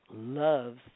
...loves